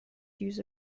use